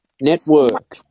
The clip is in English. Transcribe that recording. Network